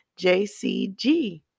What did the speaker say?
JCG